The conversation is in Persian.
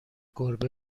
گربه